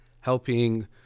helping